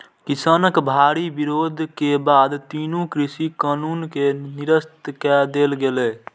किसानक भारी विरोध के बाद तीनू कृषि कानून कें निरस्त कए देल गेलै